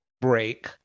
break